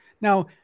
Now